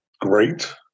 Great